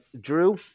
Drew